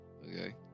Okay